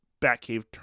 Batcave